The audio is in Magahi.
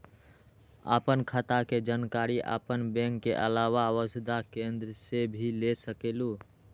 आपन खाता के जानकारी आपन बैंक के आलावा वसुधा केन्द्र से भी ले सकेलु?